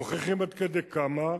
מוכיחים עד כמה,